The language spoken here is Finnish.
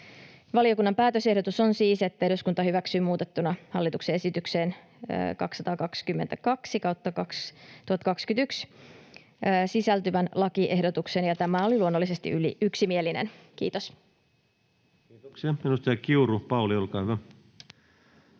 Valiokunnan päätösehdotus on siis, että eduskunta hyväksyy muutettuna hallituksen esitykseen 222/2021 sisältyvän lakiehdotuksen, ja tämä oli luonnollisesti yksimielinen. — Kiitos. [Speech 115] Speaker: